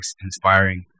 inspiring